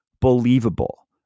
Believable